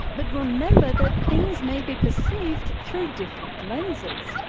but remember that things may be perceived through different lenses.